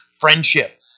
friendship